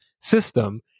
system